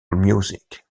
music